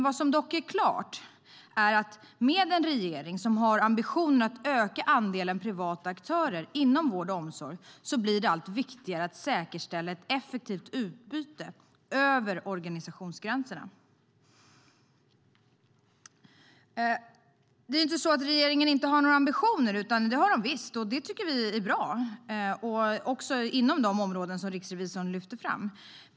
Vad som dock är klart är att med en regering som har ambitionen att öka andelen privata aktörer inom vård och omsorg blir det allt viktigare att säkerställa ett effektivt utbyte över organisationsgränserna. Det är inte så att regeringen inte har några ambitioner. Det har den visst, och det tycker vi är bra, också inom de områden som riksrevisorn lyfter fram.